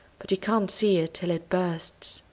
but you can't see it till it bursts.